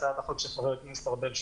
הצעת החוק של חבר הכנסת ארבל,